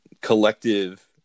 collective